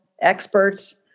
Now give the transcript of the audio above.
experts